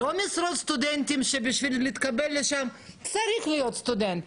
לא משרות סטודנטים שבשביל להתקבל לשם צריך להיות סטודנט,